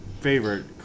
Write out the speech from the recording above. favorite